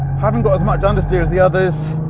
haven't got as much understeer as the others.